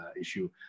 issue